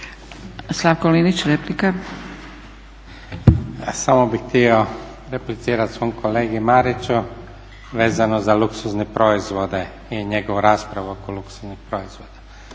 Slavko (Nezavisni)** Samo bih htio replicirati svom kolegi Mariću vezano za luksuzne proizvode i njegovu raspravu oko luksuznih proizvoda.